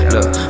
Look